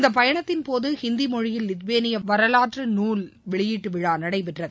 இந்த பயணத்தின்போது இந்தி மொழியில் வித்வேனிய வரலாற்று நூல் வெளியீட்டு விழா நடைபெற்றது